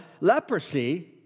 leprosy